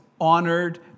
honored